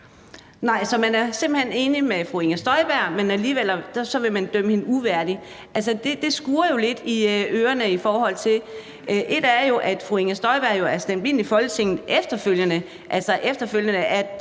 Nej, så man er simpelt hen enig med fru Inger Støjberg, men alligevel vil man dømme hende uværdig. Det skurrer jo lidt i ørerne. Fru Inger Støjberg er jo stemt ind i Folketinget efterfølgende –